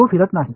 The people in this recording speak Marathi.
तो फिरत नाही